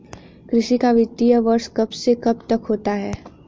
कृषि का वित्तीय वर्ष कब से कब तक होता है?